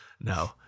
No